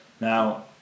Now